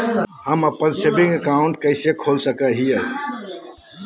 हम अप्पन saving account कइसे खोल सको हियै?